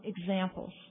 examples